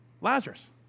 Lazarus